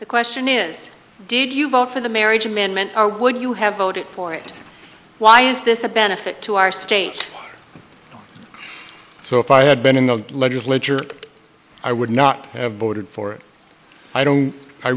the question is did you vote for the marriage amendment or would you have voted for it why is this a benefit to our state so if i had been in the legislature i would not have voted for it i don't i